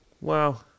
Wow